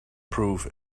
prove